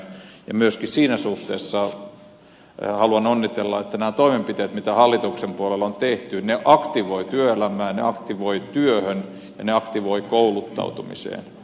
myöskin siinä suhteessa haluan onnitella että nämä toimenpiteet mitä hallituksen puolella on tehty aktivoivat työelämään aktivoivat työhön ja aktivoivat kouluttautumiseen